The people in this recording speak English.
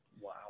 Wow